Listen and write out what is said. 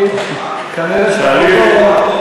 אתה היושב-ראש.